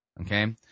Okay